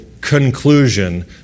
conclusion